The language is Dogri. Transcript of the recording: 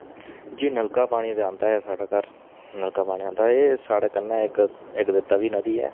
जी नलका पानी ते आंदा ऐ साढ़ै घर नलका पानी ते आंदा ऐ एह् साढ़े कन्नै इक इक ते तवी नदी ऐ